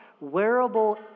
wearable